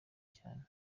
cyane